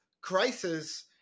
crisis